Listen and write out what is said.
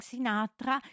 Sinatra